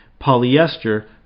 polyester